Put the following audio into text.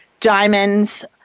diamonds